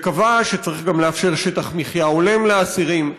וקבע שצריך גם לאפשר שטח מחיה הולם לאסירים.